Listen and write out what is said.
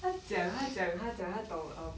他讲他讲他讲他懂 um